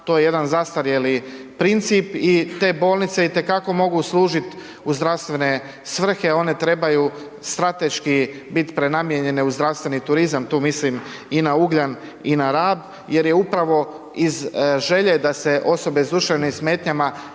To je jedan zastarjeli princip i te bolnice i te kako mogu služiti u zdravstvene svrhe, one trebaju strateški biti prenamijenjene u zdravstveni turizam, tu mislim i na Ugljan i na Rab jer je upravo iz želje da se osobe s duševnim smetnjama